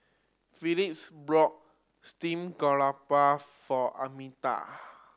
Felix bought steamed garoupa for Arminta